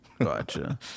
Gotcha